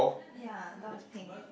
ya dust punk